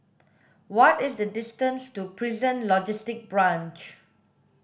what is the distance to Prison Logistic Branch